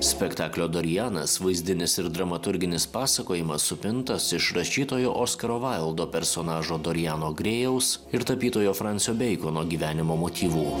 spektaklio dorianas vaizdinis ir dramaturginis pasakojimas supintas iš rašytojo oskaro vaildo personažo doriano grėjaus ir tapytojo francio beikono gyvenimo motyvų